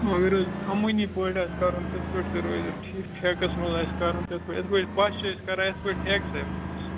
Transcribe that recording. وۄنۍ اَگر اَسی اَمٲنی پٲٹھۍ آسہِ کَرُن تِتھٕ پٲٹھۍ تہِ روزِ اَسہِ ٹھیٖک ٹھیکس مَنٛز آسہِ کَرُن تِتھٕ پٲٹھۍ یِتھِ پٲٹھۍ پَش چھِ أسۍ کَران یِتھٕ پٲٹھۍ ٹھیکسٕے مَنٛز